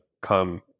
come